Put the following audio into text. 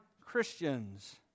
Christians